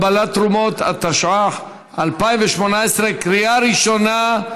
(קבלת תרומות), התשע"ח 2018, בקריאה ראשונה.